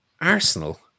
Arsenal